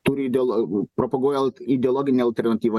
turi dėl propaguojant į ideologinę alternatyvą